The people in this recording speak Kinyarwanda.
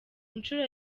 nshuro